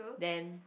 then